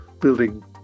building